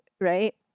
right